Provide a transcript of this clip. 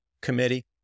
Committee